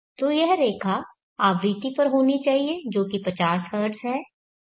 तो यह रेखा आवृत्ति पर होनी चाहिए जो कि 50 हर्ट्ज है